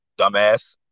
dumbass